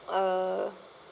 uh